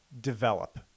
develop